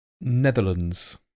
Netherlands